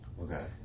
Okay